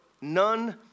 none